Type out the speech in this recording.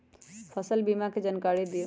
फसल बीमा के जानकारी दिअऊ?